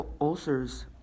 Ulcers